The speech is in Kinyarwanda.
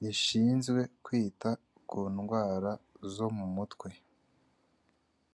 bashinzwe kwita ku ndwara zo mu mutwe.